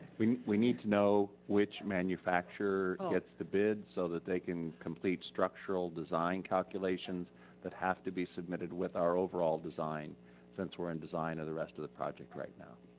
we we need to know which manufacturer gets the bids so that they can complete structural design calculations that have to be submitted with our overall design since we're in the design of the rest of the project right now.